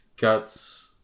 Guts